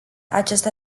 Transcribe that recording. acest